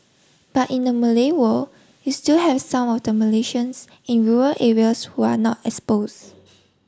but in the Malay world you still have some of the Malaysians in rural areas who are not exposed